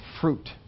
fruit